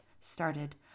started